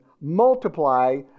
Multiply